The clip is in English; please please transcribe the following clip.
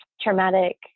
traumatic